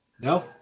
No